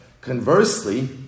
Conversely